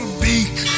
beak